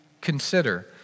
consider